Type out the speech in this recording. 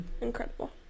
Incredible